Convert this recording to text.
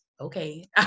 okay